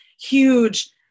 huge